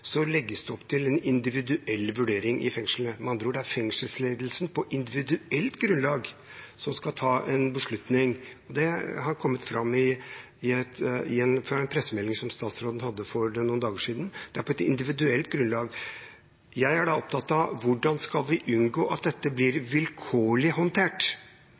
legges det opp til en individuell vurdering i fengslene. Med andre ord: Det er fengselsledelsen, på individuelt grunnlag, som skal ta en beslutning. Det kom fram i en pressemelding som statsråden hadde for noen dager siden, at det er på et individuelt grunnlag. Jeg er da opptatt av hvordan vi skal unngå at dette blir vilkårlig håndtert,